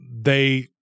they-